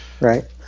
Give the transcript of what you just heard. Right